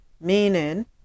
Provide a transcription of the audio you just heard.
Meaning